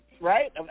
right